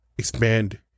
expand